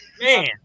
man